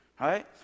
right